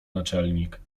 naczelnik